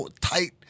tight